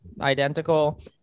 identical